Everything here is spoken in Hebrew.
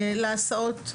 הזכאות להסעות.